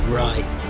right